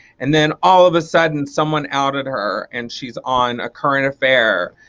and then all of a sudden someone outed her and she's on a current affair.